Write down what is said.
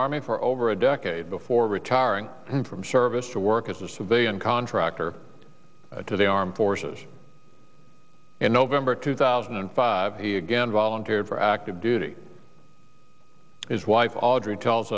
army for over a decade before retiring from service to work as a civilian contractor to the armed forces in november two thousand and five he again volunteered for active duty his wife audrey tells